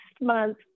month